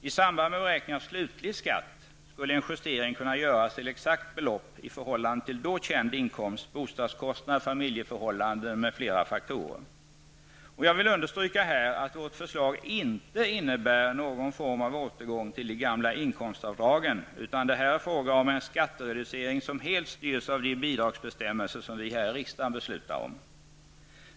I samband med beräkning av slutlig skatt skulle en justering kunna göras till exakt belopp i förhållande till då känd inkomst, bostadskostnad, familjeförhållanden m.fl. faktorer. Jag vill understryka att vårt förslag inte innebär någon form av återgång till de gamla inkomstavdragen, utan att det är fråga om en skattereducering som helt styrs av de bidragsbestämmelser som vi här i riksdagen beslutar om.